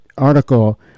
article